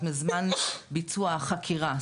זאת אומרת זמן ביצוע החקירה.